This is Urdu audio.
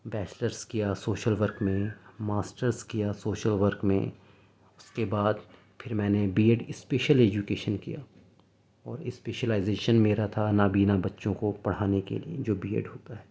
بیچلرس کیا سوشل ورک میں ماسٹرس کیا سوشل ورک میں اس کے بعد پھر میں نے بی ایڈ اسپیشل ایجوکیشن کیا اور اسپیشیلائیزیشن میرا تھا نابینا بچوں کو پڑھانے کے لیے جو بی ایڈ ہوتا ہے